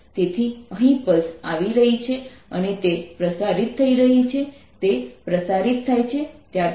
તેથી અહીં પલ્સ આવી રહી છે અને તે પ્રસારિત થઈ રહી છે તે પ્રસારિત થાય છે ત્યાર પછી